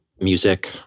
music